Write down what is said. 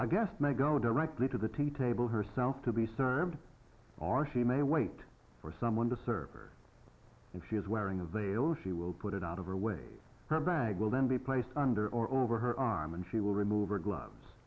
i guess may go directly to the tea table herself to be served our she may wait for someone to serve or if she is wearing a veil she will put it out of her way her bag will then be placed under or over her arm and she will remove her gloves